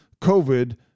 COVID